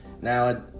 now